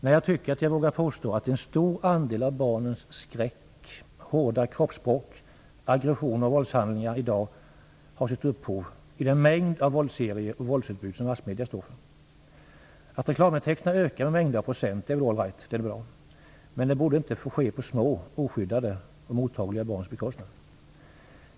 Jag tycker därför att jag vågar påstå att en stor del av barnens skräck, hårda kroppsspråk, aggressioner och våldshandlingar i dag har sitt upphov i den mängd av våldsserier och våldsutbud som massmedierna står för. Att reklamintäkterna ökar är väl bra, men det borde inte få ske på små, oskyddade och mottagliga barns bekostnad.